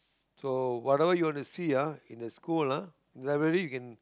so whatever you want to see ah in the school lah library you can